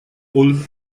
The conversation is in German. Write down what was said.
ulm